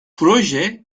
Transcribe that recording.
proje